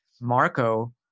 Marco